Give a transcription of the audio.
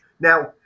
Now